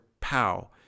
Pow